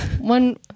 One